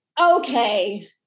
okay